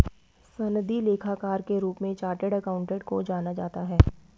सनदी लेखाकार के रूप में चार्टेड अकाउंटेंट को जाना जाता है